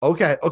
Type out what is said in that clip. Okay